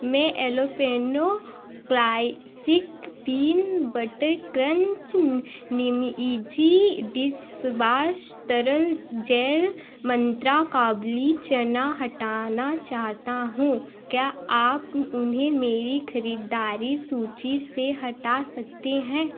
मैं jalapeno classic peanut butter crunch निमइजी डिसबाश तरल जेल और मंत्रा काबुली चना हटाना चाहता हूँ क्या आप उन्हें मेरी खरीददारी सूचि से हटा सकते हैं